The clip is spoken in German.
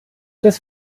des